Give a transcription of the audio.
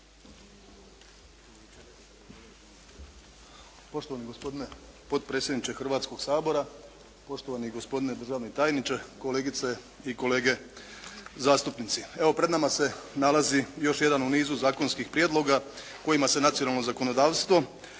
Poštovani gospodine potpredsjedniče Hrvatskog sabora, poštovani gospodine državni tajniče, kolegice i kolege zastupnici. Evo, pred nama se nalazi još jedna u nizu zakonskih prijedloga kojima se nacionalno zakonodavstvo